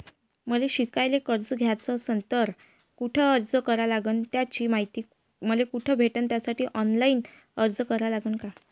मले शिकायले कर्ज घ्याच असन तर कुठ अर्ज करा लागन त्याची मायती मले कुठी भेटन त्यासाठी ऑनलाईन अर्ज करा लागन का?